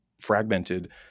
fragmented